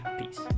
Peace